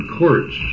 courts